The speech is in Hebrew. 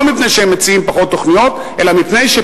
לא מפני שהם מציעים פחות תוכניות,